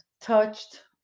touched